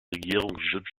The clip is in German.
regierungssitz